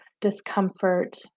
discomfort